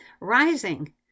rising